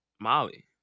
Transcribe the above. Molly